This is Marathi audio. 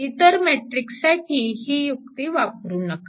इतर मॅट्रिक्स साठी ही युक्ती वापरू नका